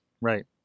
right